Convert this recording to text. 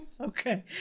Okay